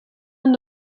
aan